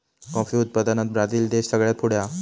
coffee उत्पादनात Brazil देश सगळ्यात पुढे हा